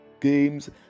games